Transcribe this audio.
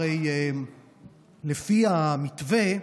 הרי לפי המתווה,